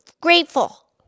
grateful